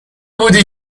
بودی